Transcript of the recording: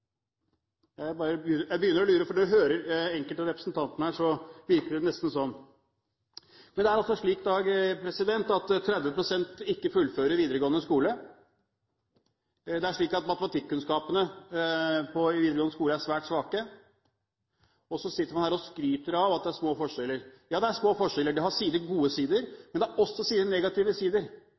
Jeg begynner å lure, for når man hører enkelte av representantene her, virker det nesten slik. Men det er altså slik i dag at 30 pst. ikke fullfører videregående skole. Det er slik at matematikkunnskapene på videregående skole er svært svake – og så sitter man her og skryter av at det er små forskjeller! Ja, det er små forskjeller. Det har sine gode sider, men det har også sine negative sider.